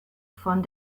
von